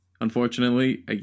Unfortunately